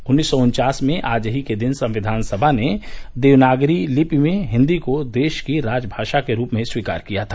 उन्नीस सौ उन्वास में आज के ही दिन संविधान सभा ने देवनागरी लिपि में हिंदी को देश की राजभाषा के रूप में स्वीकार किया था